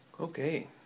Okay